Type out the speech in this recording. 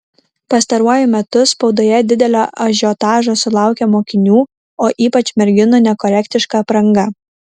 pastaruoju metu spaudoje didelio ažiotažo sulaukia mokinių o ypač merginų nekorektiška apranga